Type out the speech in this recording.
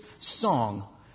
song